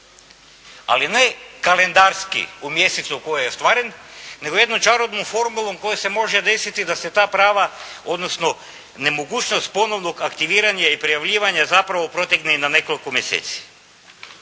Ali ne kalendarski u mjesecu koji je ostvaren nego jednom čarobnom formulom kojom se može desiti da se ta prava odnosno nemogućnost ponovnog aktiviranja i prijavljivanja zapravo protegne i na nekoliko mjeseci.